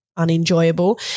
unenjoyable